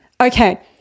Okay